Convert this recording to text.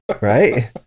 right